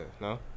no